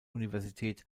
universität